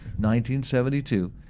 1972